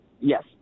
Yes